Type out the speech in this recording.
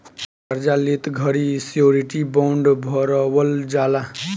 कार्जा लेत घड़ी श्योरिटी बॉण्ड भरवल जाला